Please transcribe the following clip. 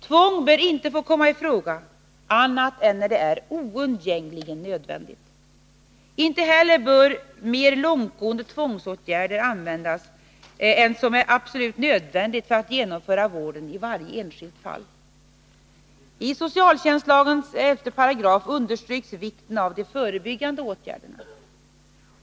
Tvång bör inte få komma i fråga annat än när det är oundgängligen nödvändigt. Inte heller bör mer långtgående tvångsåtgärder användas än som är absolut nödvändigt för att genomföra vården i varje enskilt fall. I socialtjänstlagens 11 § understryks vikten av de förebyggande åtgärderna.